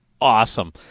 awesome